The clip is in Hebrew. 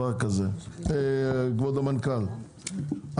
כבוד המנכ"ל,